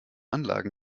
anlagen